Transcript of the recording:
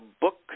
book